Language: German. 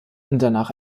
danach